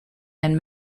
and